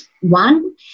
one